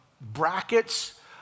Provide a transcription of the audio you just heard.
brackets